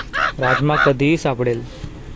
राजमा कधीही सापडेल